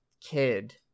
kid